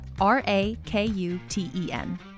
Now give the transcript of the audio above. R-A-K-U-T-E-N